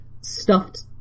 stuffed